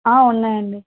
ఉన్నాయండి